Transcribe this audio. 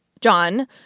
John